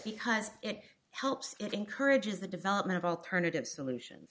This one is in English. because it helps it encourages the development of alternative solution